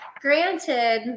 Granted